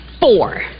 four